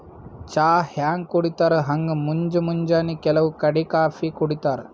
ಚಾ ಹ್ಯಾಂಗ್ ಕುಡಿತರ್ ಹಂಗ್ ಮುಂಜ್ ಮುಂಜಾನಿ ಕೆಲವ್ ಕಡಿ ಕಾಫೀ ಕುಡಿತಾರ್